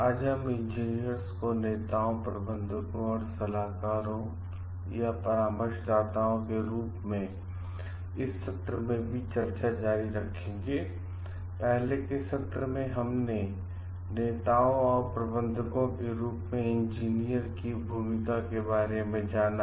आज हम इंजीनियर्स को नेताओं प्रबंधकों और सलाहकारों परामर्शदाताओं के रूप में इस सत्र में भी चर्चा जारी रखेंगे पहले के सत्र में हमने नेताओं और प्रबंधकों के रूप में इंजीनियर की भूमिका के बारे में जाना